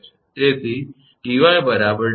તેથી 𝑇𝑦 𝑊𝑠